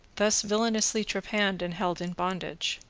thus villainously trepanned and held in bondage.